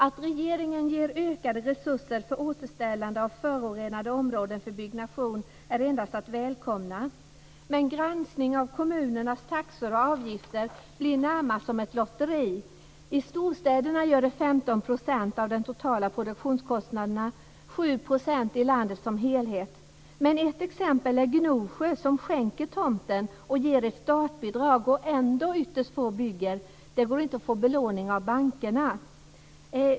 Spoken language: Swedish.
Att regeringen ger ökade resurser för återställande av förorenade områden för byggnation är endast att välkomna, men vid en granskning av kommunernas taxor och avgifter framstår utfallet närmast som ett lotteri. I storstäderna blir det 15 % av den totala produktionskostnaden och i landet som helhet 7 %, men i t.ex. Gnosjö, där man skänker tomten och ger ett startbidrag, bygger ändå ytterst få. Det går inte att få belåning från bankerna.